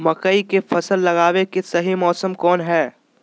मकई के फसल लगावे के सही मौसम कौन हाय?